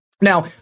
Now